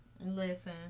Listen